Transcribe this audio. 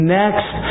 next